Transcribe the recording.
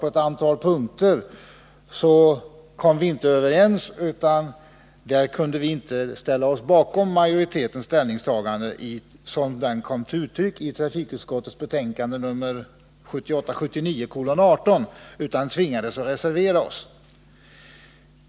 På ett antal punkter kom vi dock dess värre inte överens och kunde inte ställa oss bakom de ställningstaganden som gjordes av utskottsmajoriteten i trafikutskottets betänkande 1978/79:18 utan tvingades reservera OSS.